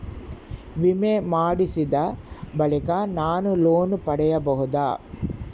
ವಿಮೆ ಮಾಡಿಸಿದ ಬಳಿಕ ನಾನು ಲೋನ್ ಪಡೆಯಬಹುದಾ?